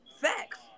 Facts